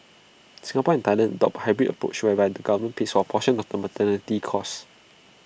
Singapore and Thailand adopt A hybrid approach show where the government pays A portion of costs